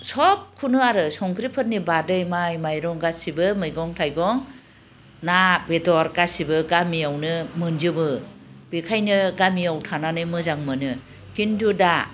सबखौनो आरो संख्रिफोरनि बादै माइ माइरं गासैबो मैगं थाइगं ना बेदर गासैबो गामियावनो मोनजोबो बेनिखायनो गामियाव थानानै मोजां मोनो किन्तु दा